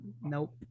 Nope